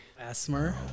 Asthma